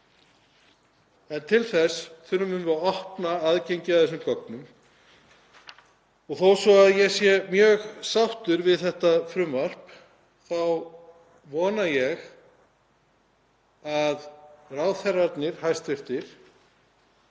En til þess þurfum við að opna aðgengi að þessum gögnum. Og þó svo að ég sé mjög sáttur við þetta frumvarp þá vona ég að hæstv.